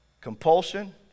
Compulsion